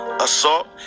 assault